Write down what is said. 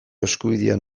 eskubidearen